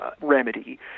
remedy